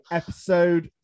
episode